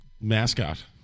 Mascot